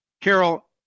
Carol